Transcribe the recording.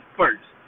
first